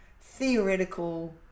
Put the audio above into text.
theoretical